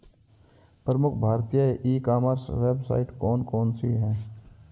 प्रमुख भारतीय e commerce website कौन कौन सी हैं?